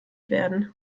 werden